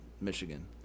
Michigan